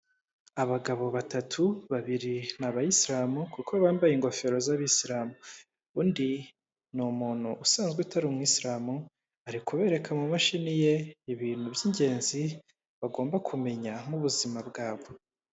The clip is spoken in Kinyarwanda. Abagabo batatu babiri ni abayisiramu kuko bambaye ingofero z'abisiramu, undi ni umuntu usanzwe utari umwisiramu ari kubereka mu mashini ye ibintu by'ingenzi bagomba kumenya mu buzima bwabo.